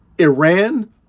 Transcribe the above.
Iran